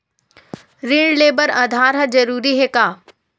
ऋण ले बर आधार ह जरूरी हे का?